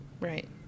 Right